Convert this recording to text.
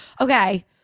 Okay